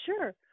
Sure